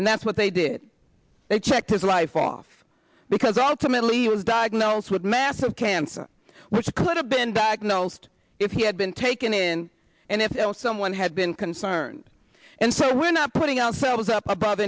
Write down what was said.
and that's what they did they checked his life off because ultimately he was diagnosed with massive cancer which could have been diagnosed if he had been taken in and if someone had been concerned and said we're not putting ourselves up above